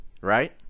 right